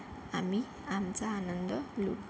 आम्ही आमचा आनंद लुटतो